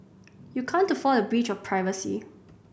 you can't afford a breach of privacy